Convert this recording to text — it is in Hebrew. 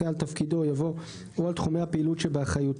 אחרי "על תפקידו" יבוא "או על תחומי הפעילות שבאחריותו".